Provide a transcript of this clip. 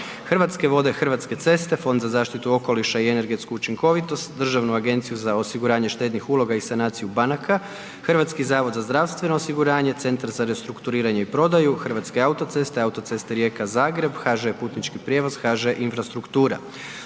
Hrvatske vode - Hrvatske ceste - Fond za zaštitu okoliša i energetsku učinkovitost - Državnu agenciju za osiguranje štednih uloga i sanaciju banaka - Hrvatski zavod za zdravstveno osiguranje - Centar za restrukturiranje i prodaju - Hrvatske autoceste - Autoceste Rijeka – Zagreb - HŽ Putnički prijevoz - HŽ Infrastrukturu.